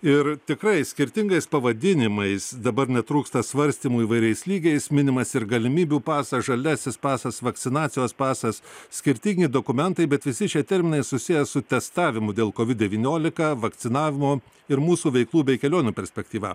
ir tikrai skirtingais pavadinimais dabar netrūksta svarstymų įvairiais lygiais minimas ir galimybių pasą žaliasis pasas vakcinacijos pasas skirtingi dokumentai bet visi šie terminai susiję su testavimu dėl kovid devyniolika vakcinavimo ir mūsų veiklų bei kelionių perspektyva